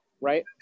right